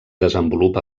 desenvolupa